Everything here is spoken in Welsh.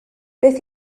beth